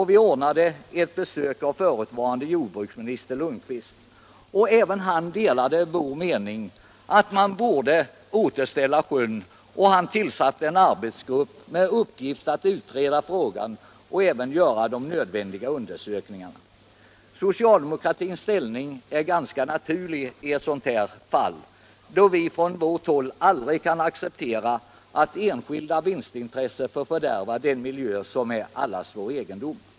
Vi ordnade ett besök av förutvarande jordbruksministern Lundkvist. Han delade vår mening att något måste göras och tillsatte en arbetsgrupp med uppgift att utreda frågan och göra de nödvändiga undersökningarna. Socialdemokraternas inställning är ganska naturlig i ett sådant här fall, eftersom vi från vårt håll aldrig kan acceptera att enskilda vinstintressen får fördärva den miljö som är allas vår egendom.